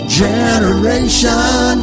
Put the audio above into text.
generation